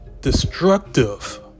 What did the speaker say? destructive